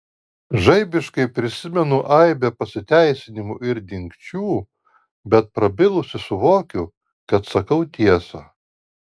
žaibiškai prisimenu aibę pasiteisinimų ir dingsčių bet prabilusi suvokiu kad sakau tiesą